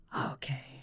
Okay